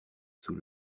sous